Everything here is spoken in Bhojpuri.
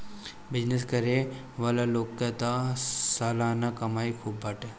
बिजनेस करे वाला लोग के तअ सलाना कमाई खूब बाटे